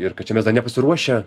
ir kad čia mes dar nepasiruošę